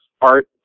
art